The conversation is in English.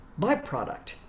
byproduct